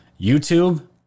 YouTube